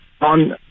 On